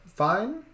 fine